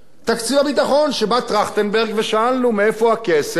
תקציב הביטחון, כשבא טרכטנברג ושאלנו: מאיפה הכסף?